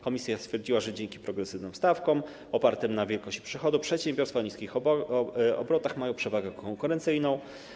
Komisja stwierdziła, że dzięki progresywnym stawkom opartym na wielkości przychodu przedsiębiorstwa o niskich obrotach mają przewagę konkurencyjną.